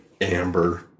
amber